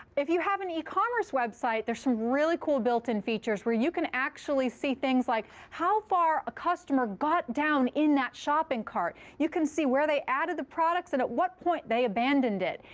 if you have an e-commerce website, there's some really cool built-in features where you can actually see things like how far a customer got down in that shopping cart. you can see where they added the products and at what point they abandoned it.